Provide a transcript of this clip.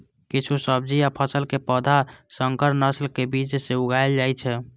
किछु सब्जी आ फसल के पौधा संकर नस्ल के बीज सं उगाएल जाइ छै